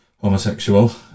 homosexual